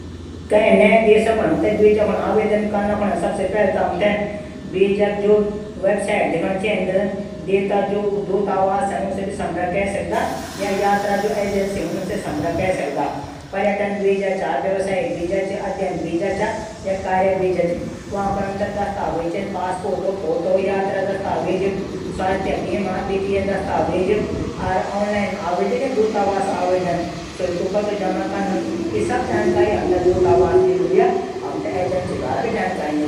कै नै देश कुन बिजा आवेदन कनू कुने हमथे बिजा वैवसाइट दिखण चैंद। देश दूतावास छन उसे भी संपर्क कै सकदा। यात्रा एजेंसी से भी संपर्क कै सकदा पर्यटन वीजा चा व्यवसायिक बीजा च अध्ययन बीजा च य कार्य बीजा च। वां कुने हमथे दस्तावेज चैंदन। फोटो उगैरा। बीमा वित्तीय दस्तावेज। आनलाइन आवेदन या दूतावास आवेदन। शुल्क कतू जमा कन। सभी जानकारी दूतावास द्वारा भी प्राप्त ह्वे सकदी।